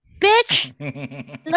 bitch